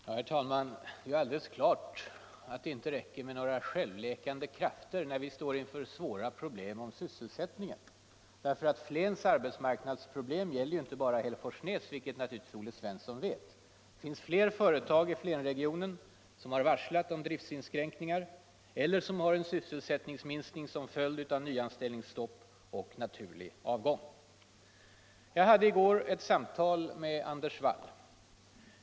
Herr tälman! Det är alldeles klart avt det inte räcker med några självläkande krafter när vi står inför svåra problem med sysselsättningen. Flens arbetsmarknadsproblem gäller ju inte bara Hälletorsnäs, vilket naturligtvis Olle Svensson vet. Det finns flera företag i Flenregionen som har varslat om driftinskränkningar eller som har sysselsättningsminskning till följd av nvanställningsstopp och naturlig avgäng. Jag hade i går ett samtal med Anders Wall.